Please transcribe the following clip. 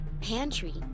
Pantry